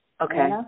Okay